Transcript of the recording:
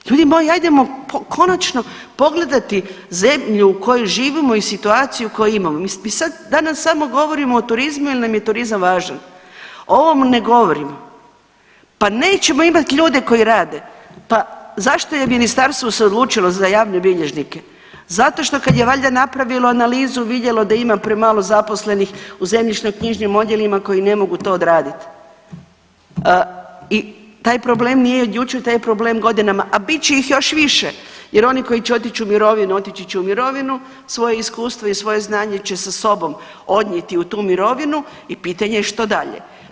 Ljudi moji ajdemo konačno pogledati zemlju u kojoj živimo i situaciju koju imamo, mi sad danas samo govorimo o turizmu jel nam je turizam važan, o ovome ne govorimo, pa nećemo imat ljude koji rade, pa zašto je ministarstvo se odlučilo za javne bilježnike, zato što kad je valjda napravilo analizu vidjelo da ima premalo zaposlenih u zemljišnoknjižnim odjelima koji ne mogu to odradit i taj problem nije od jučer, taj problem je godinama, a bit će ih još više jer oni koji će otić u mirovinu otići će u mirovinu, svoje iskustvo i svoje znanje će sa sobom odnijeti u tu mirovinu i pitanje je što dalje.